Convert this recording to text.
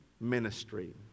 ministry